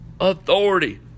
authority